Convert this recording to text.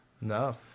No